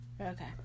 Okay